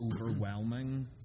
overwhelming